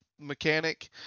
mechanic